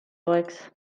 toeks